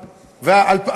לא, זה בסדר.